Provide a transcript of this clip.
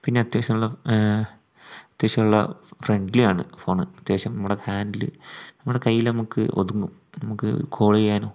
പിന്നെ അത്യാവശ്യമുള്ള ആഹ് അത്യാവശ്യമുള്ള ഫ്രണ്ട്ലിയാണ് അത്യാവശ്യം നമ്മുടെ ഹാൻഡിൽ നമ്മുടെ കൈയിൽ നമുക്ക് ഒതുങ്ങും നമുക്ക് കോൾ ചെയ്യാനും